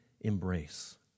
embrace